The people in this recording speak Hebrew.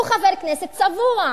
הוא חבר כנסת צבוע.